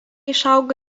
išaugo